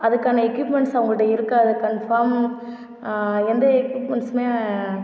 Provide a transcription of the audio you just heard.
அதுக்கான எக்யூப்மென்ட்ஸ் அவங்கள்ட இருக்காத கன்ஃபார்ம் எந்த எக்யூப்மென்ட்ஸ்மே